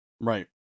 Right